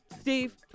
Steve